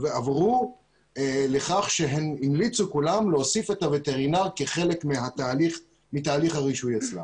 ועברו לכך שהן המליצו כולן להוסיף את הווטרינר כחלק מתהליך הרישוי אצלן.